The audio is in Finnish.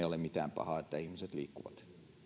ole mitään pahaa että ihmiset liikkuvat